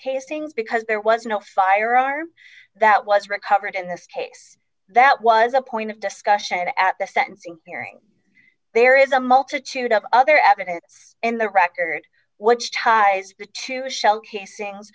casings because there was no firearm that was recovered in this case that was a point of discussion at the sentencing hearing there is a multitude of other advocates in the record which ties to a shell casing